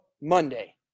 Monday